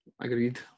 agreed